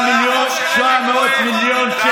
2.7 מיליארד.